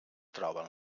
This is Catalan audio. troben